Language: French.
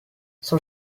son